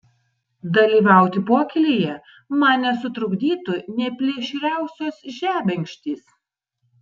dalyvauti pokylyje man nesutrukdytų nė plėšriausios žebenkštys